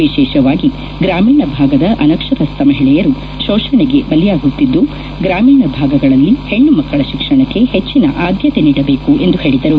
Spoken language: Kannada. ವಿಶೇಷವಾಗಿ ಗ್ರಾಮೀಣ ಭಾಗದ ಅನಕ್ಷರಸ್ಥ ಮಹಿಳೆಯರು ಶೋಷಣೆಗೆ ಬಲಿಯಾಗುತ್ತಿದ್ದು ಗ್ರಾಮೀಣ ಭಾಗಗಳಲ್ಲಿ ಹೆಣ್ಣು ಮಕ್ಕಳ ಶಿಕ್ಷಣಕ್ಕೆ ಹೆಚ್ಚಿನ ಆದ್ಯತೆ ನೀಡಬೇಕು ಎಂದು ಹೇಳಿದರು